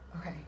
Okay